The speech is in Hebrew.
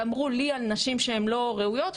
ואמרו לי על נשים בהן לא ראויות.